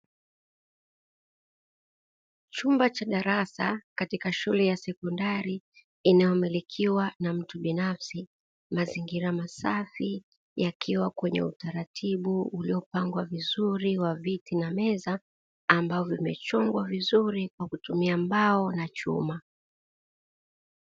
Chumba cha darasa katika shule ya sekondari inayomilikiwa na mtu binafsi, mazingira masafi yakiwa kwenye utaratibu uliopangwa vizuri na meza ambao zimechongwa vizuri kwa kutumia mbao na chuma.